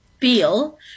feel